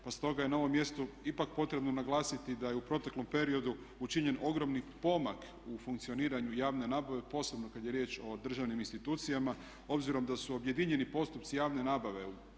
Pa stoga je na ovom mjestu ipak potrebno naglasiti da je u proteklom periodu učinjen ogromni pomak u funkcioniranju javne nabave posebno kad je riječ o državnim institucijama, obzirom da su objedinjeni postupci javne nabave.